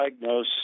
diagnose